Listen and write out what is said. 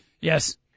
Yes